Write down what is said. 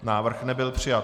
Návrh nebyl přijat.